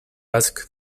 ask